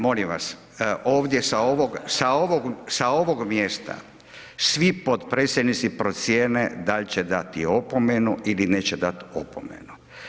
Molim vas, ovdje sa ovog mjesta svi potpredsjednici procijene da li će dati opomenu ili neće dati opomenu.